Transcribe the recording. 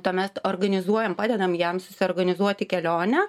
tuomet organizuojam padedam jam susiorganizuoti kelionę